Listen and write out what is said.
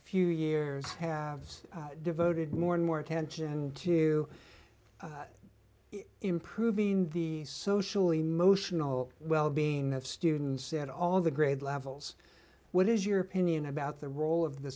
few years have devoted more and more attention to improving the social emotional wellbeing of students in all the grade levels what is your opinion about the role of the